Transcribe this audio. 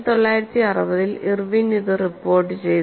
1960 ൽ ഇർവിൻ ഇത് റിപ്പോർട്ട് ചെയ്തു